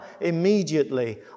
immediately